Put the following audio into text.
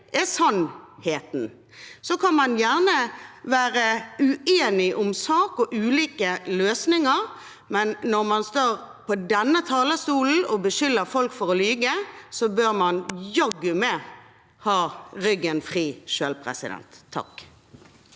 er sannheten. Så kan man gjerne være uenig om sak og ulike løsninger, men når man står på denne talerstolen og beskylder folk for å lyge, bør man jaggu meg ha ryggen fri selv. Presidenten